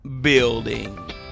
building